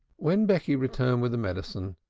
when becky returned with the medicine,